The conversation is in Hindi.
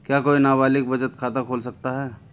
क्या कोई नाबालिग बचत खाता खोल सकता है?